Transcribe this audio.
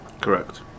Correct